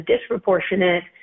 disproportionate